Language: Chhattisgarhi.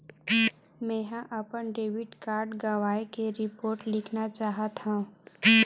मेंहा अपन डेबिट कार्ड गवाए के रिपोर्ट लिखना चाहत हव